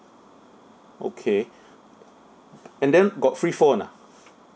okay and then got free phone ah